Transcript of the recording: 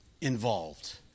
involved